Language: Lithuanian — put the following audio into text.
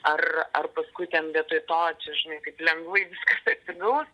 ar ar paskui ten vietoj to čia žinai taip lengvai viskas atsigaus